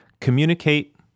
communicate